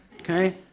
Okay